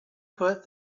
put